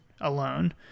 alone